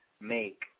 make